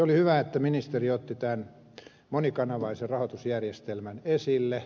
oli hyvä että ministeri otti tämän monikanavaisen rahoitusjärjestelmän esille